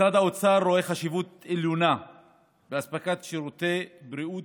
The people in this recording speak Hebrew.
משרד האוצר רואה חשיבות עליונה באספקת שירותי בריאות